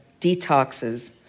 detoxes